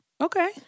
Okay